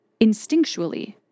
instinctually